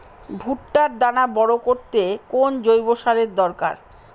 ভুট্টার দানা বড় করতে কোন জৈব সারের দরকার?